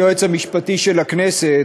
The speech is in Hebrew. היועץ המשפטי של הכנסת,